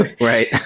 Right